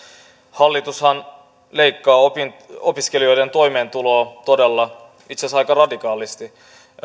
hallitushan leikkaa opiskelijoiden toimeentuloa todella itse asiassa aika radikaalisti